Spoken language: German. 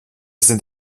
sind